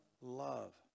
Love